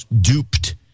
duped